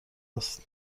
است